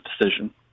decision